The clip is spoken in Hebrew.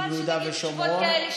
אבל חבל שתגיד תשובות כאלה,